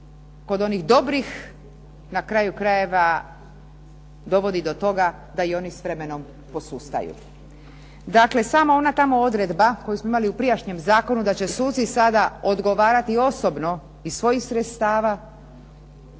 kod onih dobrih na kraju krajeva dovodi do toga da i oni s vremenom posustaju. Dakle sama ona tamo odredba koju smo imali u prijašnjem zakonu da će suci sada odgovarati osobno iz svojih sredstava